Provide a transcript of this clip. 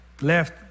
left